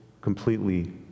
completely